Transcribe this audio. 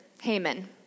Haman